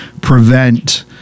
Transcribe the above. prevent